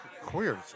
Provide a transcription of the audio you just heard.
queers